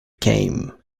came